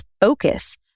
focus